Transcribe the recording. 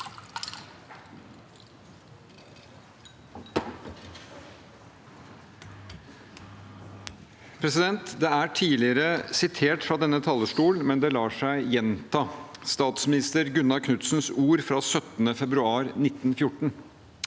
Dette er tidligere sitert fra denne talerstol, men det lar seg gjenta – statsminister Gunnar Knudsens ord fra 17. februar 1914: